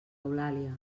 eulàlia